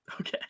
okay